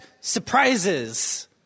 surprises